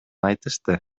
айтышты